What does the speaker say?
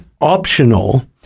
optional